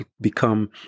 become